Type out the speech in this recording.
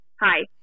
Hi